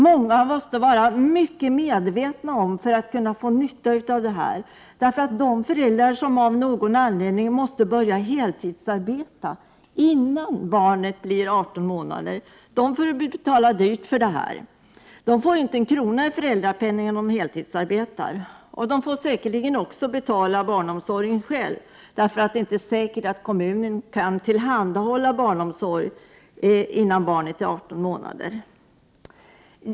Människor måste vara mycket medvetna om alla förhållanden för att kunna dra nytta av föräldraförsäkringen. De föräldrar som av någon anledning måste börja heltidsarbeta innan barnet blivit 18 månader får nämligen betala dyrt för detta. De får inte en krona i föräldrapenning då de heltidsarbetar. De får säkerligen betala barnomsorgen själva också. Det är nämligen inte säkert att kommunen kan erbjuda barnomsorg till barn som inte är 18 månader.